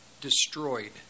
destroyed